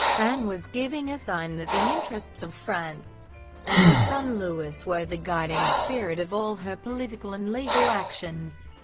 anne was giving a sign that the interests of france and her son louis were the guiding spirit of all her political and legal actions.